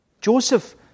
Joseph